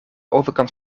overkant